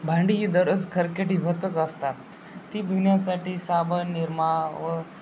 भांडी ही दररोज खरकटी होतच असतात ती धुण्यासाठी साबण निरमा व